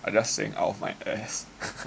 I just saying out of my ass